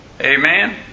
Amen